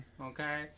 Okay